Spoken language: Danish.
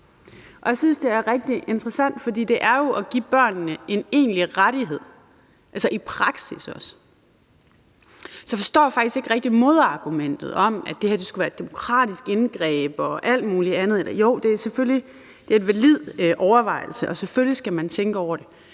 Jeg synes, det er rigtig interessant, for det er jo at give børnene en egentlig rettighed, også i praksis. Så jeg forstår faktisk ikke rigtig modargumentet om, at det her skulle være et demokratisk indgreb og alt muligt andet. Jo, det er selvfølgelig en valid overvejelse, og selvfølgelig skal man tænke over det,